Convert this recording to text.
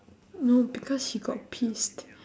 no because he got pissed